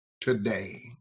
today